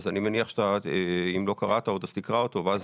אני מניח שאם לא קראת עוד אז תקרא אותו ואז